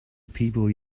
people